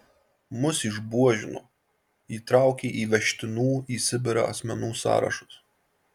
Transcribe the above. mus išbuožino įtraukė į vežtinų į sibirą asmenų sąrašus